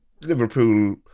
Liverpool